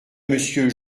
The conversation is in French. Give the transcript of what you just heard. monsieur